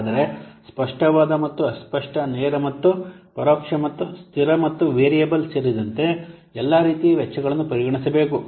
ಆದರೆ ಸ್ಪಷ್ಟವಾದ ಮತ್ತು ಅಸ್ಪಷ್ಟ ನೇರ ಮತ್ತು ಪರೋಕ್ಷ ಮತ್ತು ಸ್ಥಿರ ಮತ್ತು ವೇರಿಯಬಲ್ ಸೇರಿದಂತೆ ಎಲ್ಲಾ ರೀತಿಯ ವೆಚ್ಚಗಳನ್ನು ಪರಿಗಣಿಸಬೇಕು